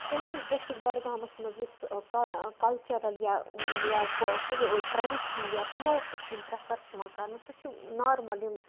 سٲنِس ڈِسٹرک بَڈگامَس مَنٛز یُس کا کَلچَرَل یا کٕلو ٹریڈِشنَل یا کلوتھٕس یِم پریٚفَر چھِ یِوان کَرنہٕ سُہ چھُ نارمل یِم